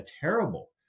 terrible